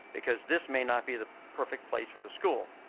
because this may not be the perfect place for the school.